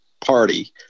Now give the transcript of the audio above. party